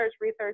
research